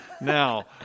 now